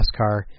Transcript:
NASCAR